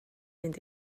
mynd